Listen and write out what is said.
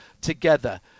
together